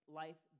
life